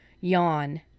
yawn